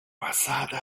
асада